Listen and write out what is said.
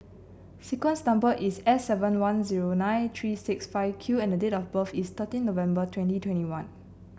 sequence's number is S seven one zero nine three six five Q and date of birth is thirteen November twenty twenty one